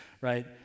right